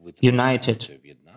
united